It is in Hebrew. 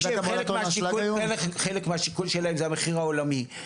חלק מהשיקול שלהם זה המחיר העולמי,